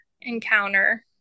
encounter